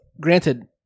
granted